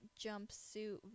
jumpsuit